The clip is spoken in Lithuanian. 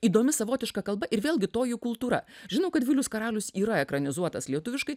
įdomi savotiška kalba ir vėlgi toji kultūra žinau kad vilius karalius yra ekranizuotas lietuviškai